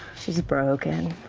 she's broken.